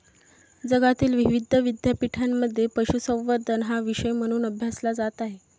जगातील विविध विद्यापीठांमध्ये पशुसंवर्धन हा विषय म्हणून अभ्यासला जात आहे